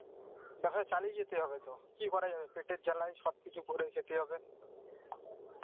ব্যবসা চালিয়ে যেতে হবে তো কী করা যাবে পেটের জ্বালায় সব কিছু করে খেতে হবে